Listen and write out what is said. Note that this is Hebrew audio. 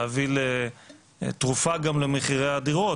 להביא תרופה גם למחירי הדירות,